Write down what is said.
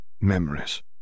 Memories